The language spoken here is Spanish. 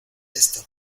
esta